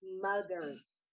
mothers